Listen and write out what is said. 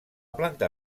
planta